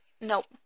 nope